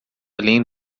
além